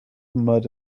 mud